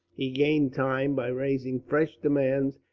he gained time by raising fresh demands,